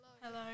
Hello